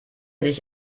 dich